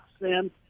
sin